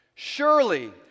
Surely